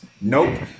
Nope